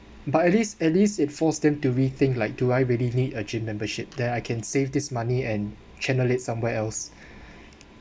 but at least at least it forced them to rethink like do I really need a gym membership that I can save this money and channel it somewhere else